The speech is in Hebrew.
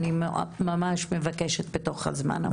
אני ממש מבקשת בתוך הזמן המוקצב.